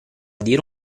dire